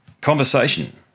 conversation